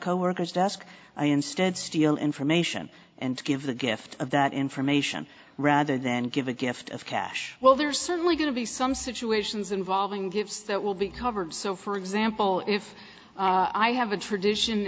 coworkers desk i instead steal information and give the gift of that information rather than give a gift of cash well there are certainly going to be some situations involving gives that will be covered so for example if i have a tradition